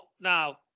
now